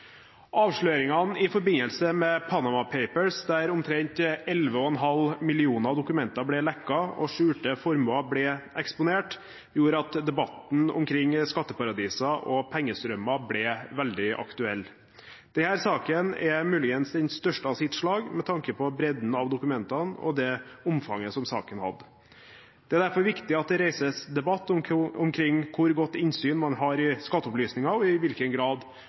Avsløringene i forbindelse med Panama Papers, der omtrent 11,5 millioner dokumenter ble lekket, og skjulte formuer ble eksponert, gjorde at debatten omkring skatteparadiser og pengestrømmer ble veldig aktuell. Denne saken er muligens den største av sitt slag med tanke på bredden av dokumenter og omfanget som saken hadde. Det er derfor viktig at det reises debatt omkring hvor godt innsyn man har i skatteopplysninger, og i hvilken grad